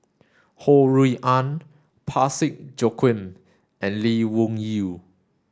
Ho Rui An Parsick Joaquim and Lee Wung Yew